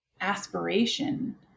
aspiration